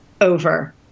over